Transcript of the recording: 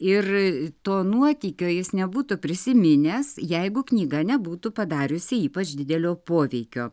ir to nuotykio jis nebūtų prisiminęs jeigu knyga nebūtų padariusi ypač didelio poveikio